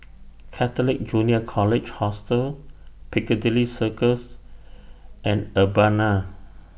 Catholic Junior College Hostel Piccadilly Circus and Urbana